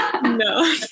No